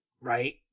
right